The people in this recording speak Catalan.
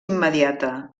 immediata